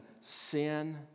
sin